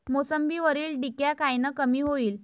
मोसंबीवरील डिक्या कायनं कमी होईल?